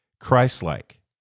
Christ-like